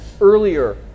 earlier